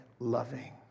loving